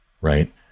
right